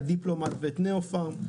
את דיפלומט ואת ניופארם,